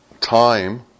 time